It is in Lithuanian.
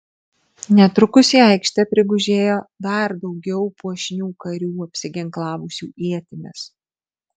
netrukus į aikštę prigužėjo dar daugiau puošnių karių apsiginklavusių ietimis